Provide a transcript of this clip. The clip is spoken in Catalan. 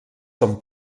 són